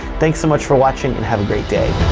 thanks so much for watching and have a great day.